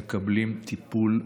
הם מקבלים טיפול,